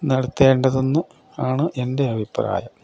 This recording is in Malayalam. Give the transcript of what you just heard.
നടത്തേണ്ടതെന്ന് ആണ് എൻ്റെ അഭിപ്രായം